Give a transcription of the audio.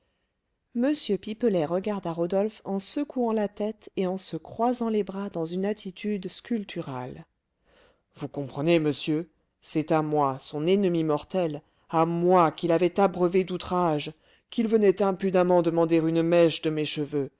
m pipelet regarda rodolphe en secouant la tête et en se croisant les bras dans une attitude sculpturale vous comprenez monsieur c'est à moi son ennemi mortel à moi qu'il avait abreuvé d'outrages qu'il venait impudemment demander une mèche de mes cheveux